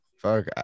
Fuck